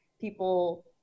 people